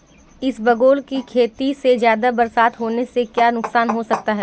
इसबगोल की खेती में ज़्यादा बरसात होने से क्या नुकसान हो सकता है?